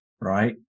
right